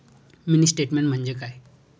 Mini statement म्हणजे काय?